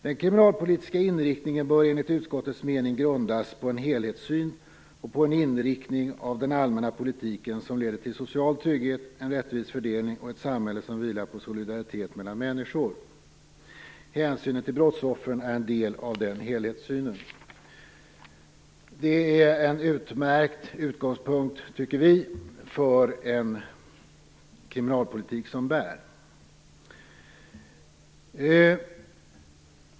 "Den kriminalpolitiska inriktningen bör enligt utskottets mening grundas på en helhetssyn och på en inriktning av den allmänna politiken som leder till social trygghet, en rättvis fördelning och ett samhälle som vilar på solidaritet mellan människor. Hänsynen till brottsoffren är en del av den helhetssyn som utskottet här gör sig till tolk för." Det är en utmärkt utgångspunkt, tycker vi, för en kriminalpolitik som bär.